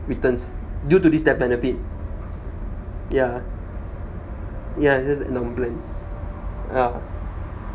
returns due to this death benefit yah yah normal plan yah